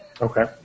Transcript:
Okay